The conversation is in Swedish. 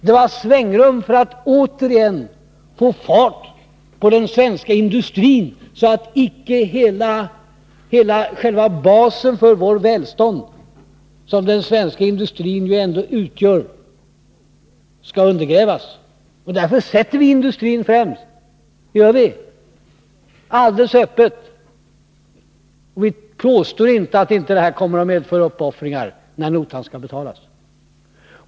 Det var svängrum för att åter få fart på den svenska industrin så att icke själva basen för vårt välstånd, som ju den svenska industrin ändå utgör, skall undergrävas. Därför sätter vi industrin främst — det gör vi alldeles öppet. Vi påstår inte att detta inte kommer att medföra uppoffringar när notan skall betalas.